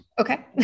Okay